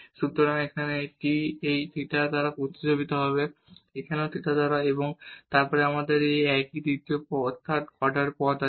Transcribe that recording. সুতরাং এখানে t এই থেটা দ্বারা প্রতিস্থাপিত হবে এখানেও থিটা দ্বারা এবং তারপর আমাদের এই তৃতীয় অর্ডার পদ আছে